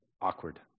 Awkward